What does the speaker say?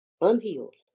Unhealed